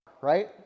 right